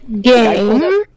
game